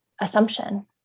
assumption